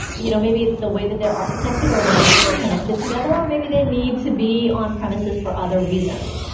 you know maybe it's the way that they're architected, or the way that they're connected together, or maybe they need to be on-premises for other reasons.